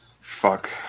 fuck